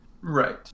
Right